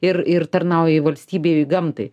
ir ir tarnauji valstybei gamtai